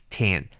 ten